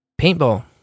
paintball